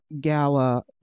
Gala